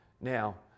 Now